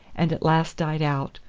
and at last died out,